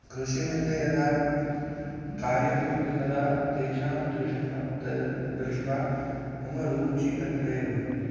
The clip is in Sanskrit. कृषिमध्ये यदा कार्यं करोति तदा तेषां दृष्ट्वा तत् दृष्ट्वा मम रुचिः तत्र एव